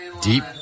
Deep